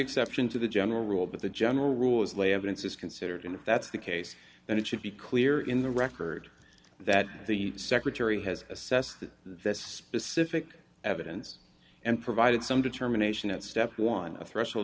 exception to the general rule but the general rule is lay evidence is considered and if that's the case then it should be clear in the record that the secretary has assessed the specific evidence and provided some determination at step one a threshold